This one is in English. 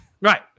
Right